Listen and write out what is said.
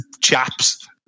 Chaps